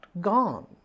gone